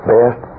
Best